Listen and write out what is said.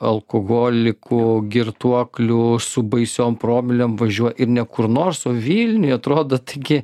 alkoholikų girtuoklių su baisiom promilėm važiuoja ir ne kur nors o vilniuj atrodo taigi